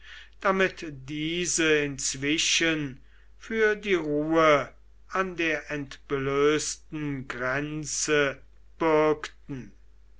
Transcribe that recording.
damit diese inzwischen für die ruhe an der entblößten grenze